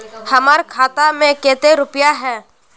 हमर खाता में केते रुपया है?